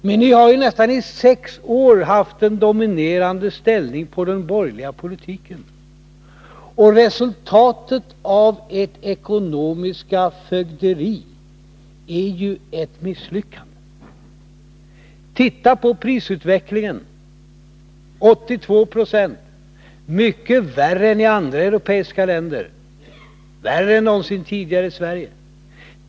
Men ni har ju i nästan sex år haft en dominerande ställning i den borgerliga politiken, och resultatet av ert ekonomiska fögderi är ett misslyckande. Se på prisutvecklingen, där uppgången har varit 82 20 under den borgerliga regeringstiden! Det är mycket värre än i andra europeiska länder och värre än någonsin tidigare i Sverige.